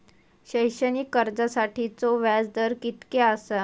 शैक्षणिक कर्जासाठीचो व्याज दर कितक्या आसा?